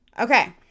Okay